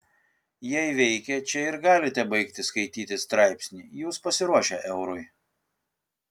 jei veikia čia ir galite baigti skaityti straipsnį jūs pasiruošę eurui